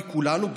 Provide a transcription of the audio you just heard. מכולנו,